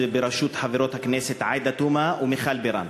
בראשות חברות הכנסת עאידה תומא ומיכל בירן.